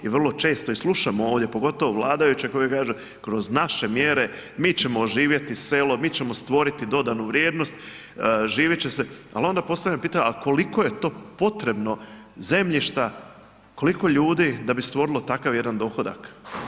I vrlo često slušamo ovdje, pogotovo vladajući koji kažu, kroz naše mjere, mi ćemo oživjeti selo, mi ćemo stvoriti dodanu vrijednost, živjet će se, ali onda postavljam pitanje, a koliko je to potrebno zemljišta, koliko ljudi da bi stvorilo takav jedan dohodak?